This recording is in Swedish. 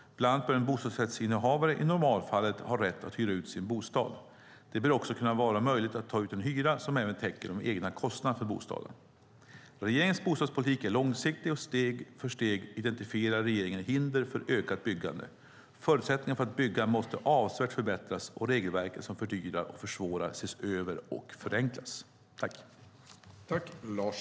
Bland annat bör en bostadsrättsinnehavare i normalfallet ha rätt att hyra ut sin bostad. Det bör också kunna vara möjligt att ta ut en hyra som även täcker de egna kostnaderna för bostaden. Regeringens bostadspolitik är långsiktig, och steg för steg identifierar regeringen hinder för ökat byggande. Förutsättningarna för att bygga måste avsevärt förbättras och regelverket som fördyrar och försvårar ses över och förenklas.